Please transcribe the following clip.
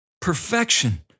Perfection